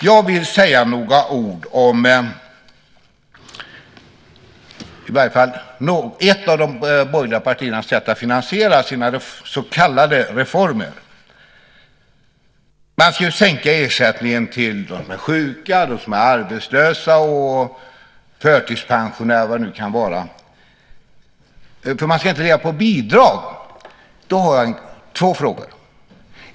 Jag vill säga några ord om ett av de borgerliga partiernas sätt att finansiera sina så kallade reformer. Man ska sänka ersättningen till de sjuka, de arbetslösa och förtidspensionärer och så vidare. Man ska inte leva på bidrag. Då har jag två frågor.